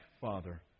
Father